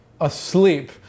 asleep